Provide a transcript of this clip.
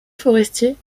forestier